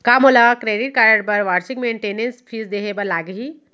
का मोला credit card बर वार्षिक मेंटेनेंस फीस देहे बर लागही?